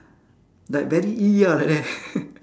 like very ah like that